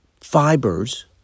fibers